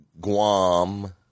Guam